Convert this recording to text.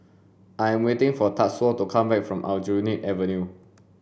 I am waiting for Tatsuo to come back from Aljunied Avenue